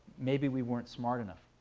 maybe we weren't smart enough.